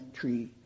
tree